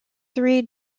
three